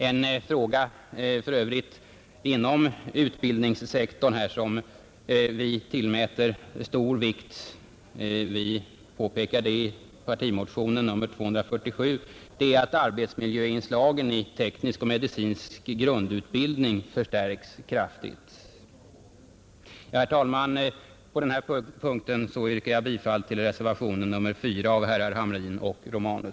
En fråga inom utbildningssektorn som vi tillmäter stor vikt — vi påpekar det i partimotionen nr 247 — är att arbetsmiljöinslagen i teknisk och medicinsk grundutbildning förstärks kraftigt. Herr talman! På den här punkten yrkar jag bifall till reservationen 4 av herrar Hamrin och Romanus.